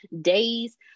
days